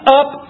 up